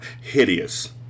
hideous